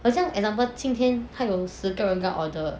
好像 example 今天他有十个人跟他 order